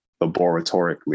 laboratorically